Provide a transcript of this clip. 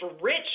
rich